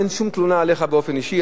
אין שום תלונה עליך באופן אישי,